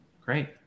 Great